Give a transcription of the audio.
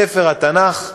ספר התנ"ך,